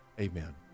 Amen